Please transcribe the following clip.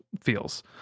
feels